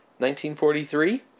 1943